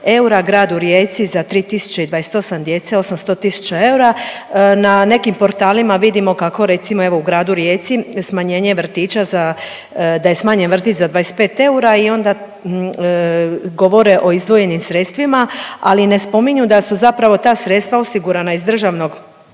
eura, gradu Rijeci za 3.028 djece 800 tisuća eura. Na nekim portalima vidimo kako recimo evo u gradu Rijeci smanjenje vrtića za, da je smanjen vrtić za 25 eura i onda govore o izdvojenim sredstvima ali ne spominju da su zapravo ta sredstva osigurana iz državnog